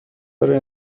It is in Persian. داره